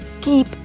keep